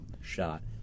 shot